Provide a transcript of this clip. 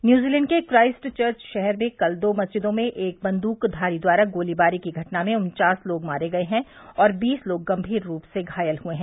New Zealand के Christchurch शहर में कल दो मस्जिदों में एक बंदूकधारी द्वारा गोलीबारी की घटना में उनचास लोग मारे गए हैं और बीस लोग गंभीर रूप से घायल हुए हैं